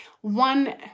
one